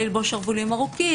נא ללבוש שרוולים ארוכים,